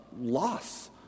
loss